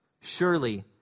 surely